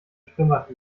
schwimmbad